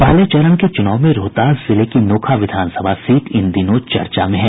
पहले चरण के चुनाव में रोहतास जिले की नोखा विधानसभा सीट इन दिनों चर्चा में है